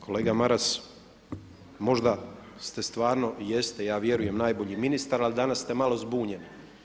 Kolega Maras, možda ste stvarno i jeste i ja vjerujem najbolji ministar, ali danas ste malo zbunjeni.